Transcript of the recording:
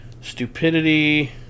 Stupidity